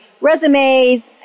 resumes